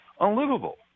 unlivable